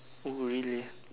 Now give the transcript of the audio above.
oh really